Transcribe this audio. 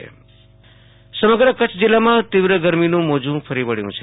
આશુતોષ અંતાણી કચ્છ હવામાન સમગ્ર કચ્છ જિલ્લામાં તીવ્ર ગરમીનું મોજું ફરી વળ્યું છે